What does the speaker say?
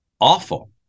awful